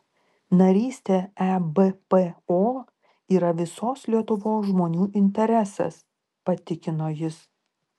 narystė ebpo yra visos lietuvos žmonių interesas patikino jis